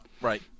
Right